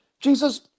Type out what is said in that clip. Jesus